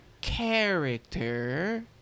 character